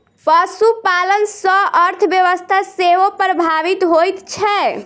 पशुपालन सॅ अर्थव्यवस्था सेहो प्रभावित होइत छै